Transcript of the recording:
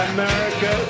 America